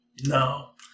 no